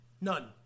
None